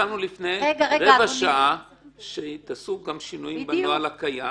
סיכמנו כבר לפני רבע שעה שתעשו שינויים בנוהל הקיים